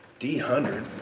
D-hundred